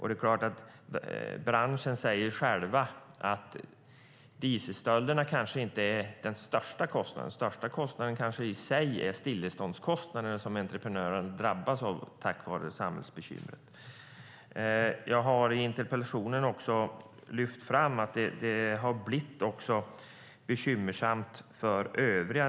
De i branschen säger själva att dieselstölderna kanske inte medför den största kostnaden, utan den största kostnaden är kanske den stilleståndskostnad som entreprenören drabbas av genom samhällsbekymret här. I interpellationen lyfter jag fram att det blivit bekymmersamt också för övriga.